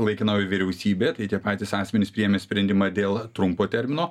laikinoji vyriausybė tai tie patys asmenys priėmė sprendimą dėl trumpo termino